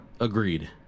Agreed